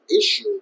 issue